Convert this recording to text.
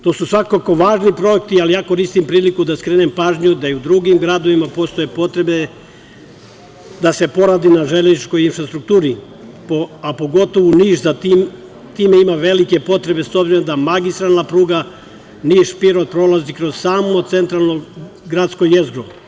To su svakako važni projekti, ali ja koristim priliku da skrenem pažnju da i u drugim gradovima postoje potrebe da se poradi na železničkoj infrastrukturi, a pogotovo Niš za tim ima velike potrebe, s obzirom da magistralna pruga Niš-Pirot prolazi kroz samo centralno gradsko jezgro.